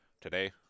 today